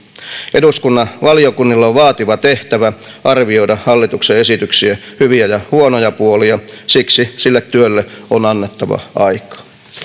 eduskunnan valiokunnilla on vaativa tehtävä arvioida hallituksen esityksien hyviä ja huonoja puolia siksi sille työlle on annettava aikaa